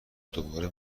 دوباره